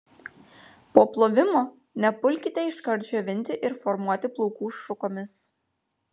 po plovimo nepulkite iškart džiovinti ir formuoti plaukų šukomis